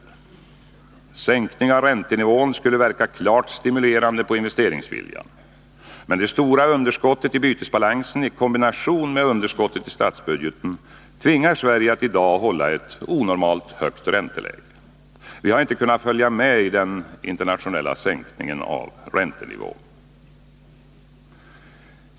En sänkning av räntenivån skulle verka klart stimulerande på investeringsviljan. Men det stora underskottet i bytesbalansen i kombination med underskottet i statsbudgeten tvingar Sverige att i dag hålla ett onormalt högt ränteläge. Vi har inte kunnat följa med i den internationella sänkningen av räntenivån.